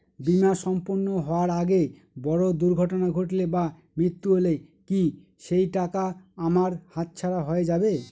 বীমা সম্পূর্ণ হওয়ার আগে বড় দুর্ঘটনা ঘটলে বা মৃত্যু হলে কি সেইটাকা আমার হাতছাড়া হয়ে যাবে?